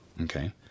Okay